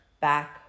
back